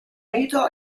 unito